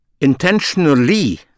Intentionally